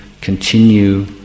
continue